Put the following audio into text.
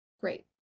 Great